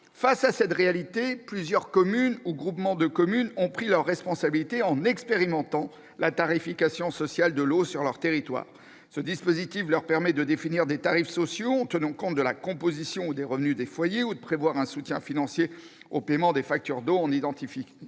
Face à cette réalité, plusieurs communes ou groupements de communes ont pris leurs responsabilités en expérimentant la tarification sociale de l'eau sur leur territoire. Le dispositif leur permet de définir des tarifs sociaux en tenant compte de la composition ou du revenu des foyers. Les collectivités peuvent également prévoir un soutien financier au paiement des factures d'eau en identifiant